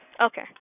Okay